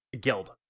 guild